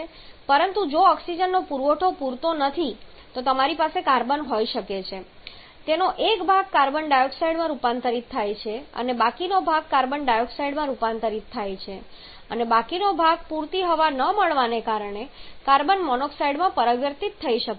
પરંતુ જો ઓક્સિજનનો પુરવઠો પૂરતો નથી તો તમારી પાસે કાર્બન હોઈ શકે છે તેનો એક ભાગ કાર્બન ડાયોક્સાઇડમાં રૂપાંતરિત થાય છે અને બાકીનો ભાગ કાર્બન ડાયોક્સાઇડમાં રૂપાંતરિત થાય છે અને બાકીનો ભાગ પૂરતી હવા ન મળવાને કારણે કાર્બન મોનોક્સાઇડમાં પરિવર્તિત થઈ શકે છે